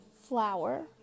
flour